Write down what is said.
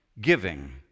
giving